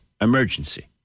emergency